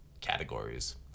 categories